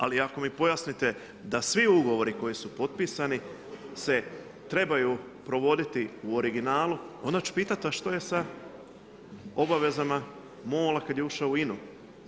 Ali, ako mi pojasnite da svi ugovori koji su potpisani se trebaju provoditi u originalu, onda ću pitati a što je sa obavezama MOL-a kada je ušao u INA-u.